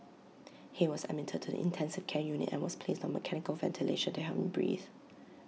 he was admitted to the intensive care unit and was placed on mechanical ventilation to help him breathe